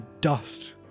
dust